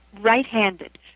right-handed